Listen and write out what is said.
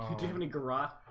do any korat,